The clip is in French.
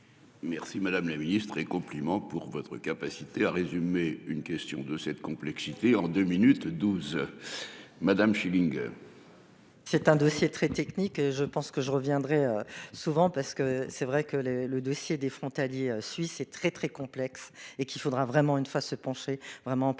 Merci madame la ministre et compliments pour votre capacité à résumer une question de cette complexité en 2 minutes 12. Madame Schillinger. C'est un dossier très technique. Je pense que je reviendrai souvent parce que c'est vrai que le, le dossier des frontaliers suisses et très très complexe et qu'il faudra vraiment une fois se pencher vraiment en profondeur.